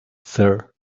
sir